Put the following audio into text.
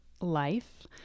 life